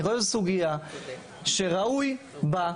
אני חושב שזו סוגיה שראוי בה,